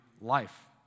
life